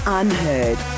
unheard